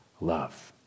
Love